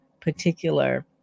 particular